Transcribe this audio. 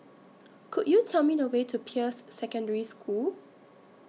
Could YOU Tell Me The Way to Peirce Secondary School